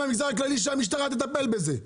במגזר הכללי שהמשטרה תטפל בזה.